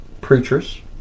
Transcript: preachers